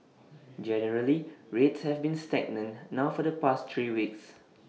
generally rates have been stagnant now for the past three weeks